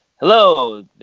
Hello